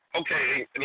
okay